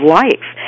life